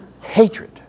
hatred